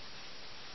ഒരു നിമിഷം ജനാബ്